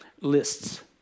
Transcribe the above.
lists